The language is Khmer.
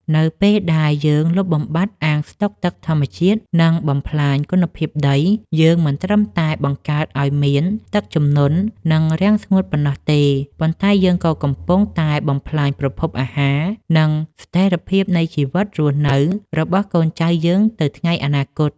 នៅពេលដែលយើងលុបបំបាត់អាងស្តុកទឹកធម្មជាតិ និងបំផ្លាញគុណភាពដី យើងមិនត្រឹមតែបង្កើតឱ្យមានទឹកជំនន់ និងរាំងស្ងួតប៉ុណ្ណោះទេ ប៉ុន្តែយើងក៏កំពុងតែបំផ្លាញប្រភពអាហារ និងស្ថិរភាពនៃជីវិតរស់នៅរបស់កូនចៅយើងទៅថ្ងៃអនាគត។